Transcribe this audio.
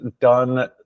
done